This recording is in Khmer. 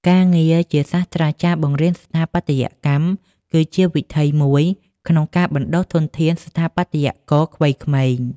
ការងារជាសាស្ត្រាចារ្យបង្រៀនស្ថាបត្យកម្ម គឺជាវិថីមួយក្នុងការបណ្ដុះធនធានស្ថាបត្យករវ័យក្មេង។